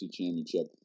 Championship